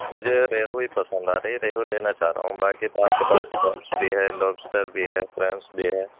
مجھے یہ ریہو ہی پسند آ رہے ریہو لینا چاہ رہا ہوں باقی تو آپ کے پاس بیبس بھی لوبسٹر بھی ہے فرنس بھی ہے